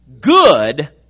good